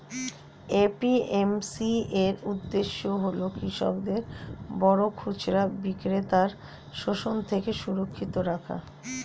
APMC এর উদ্দেশ্য হল কৃষকদের বড় খুচরা বিক্রেতার শোষণ থেকে সুরক্ষিত রাখা